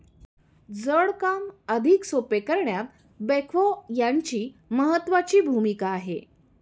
जड काम अधिक सोपे करण्यात बेक्हो यांची महत्त्वाची भूमिका आहे